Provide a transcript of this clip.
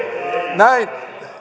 näin